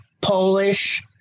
Polish